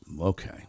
okay